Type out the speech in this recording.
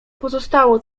pozostało